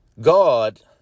God